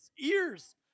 ears